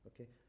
okay